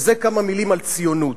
וזה כמה מלים על ציונות,